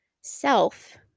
self